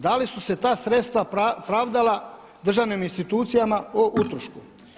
Da li su se ta sredstva pravdala državnim institucijama o utrošku?